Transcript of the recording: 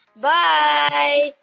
bye.